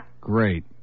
Great